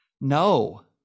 No